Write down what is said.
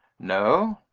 no.